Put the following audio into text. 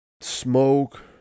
smoke